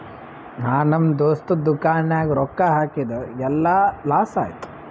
ನಾ ನಮ್ ದೋಸ್ತದು ದುಕಾನ್ ನಾಗ್ ರೊಕ್ಕಾ ಹಾಕಿದ್ ಎಲ್ಲಾ ಲಾಸ್ ಆಯ್ತು